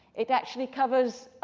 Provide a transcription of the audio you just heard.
it actually covers